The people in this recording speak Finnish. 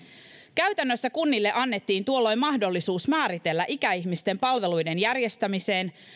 käytännössä kunnille annettiin tuolloin mahdollisuus määritellä ikäihmisten palveluiden järjestämiseen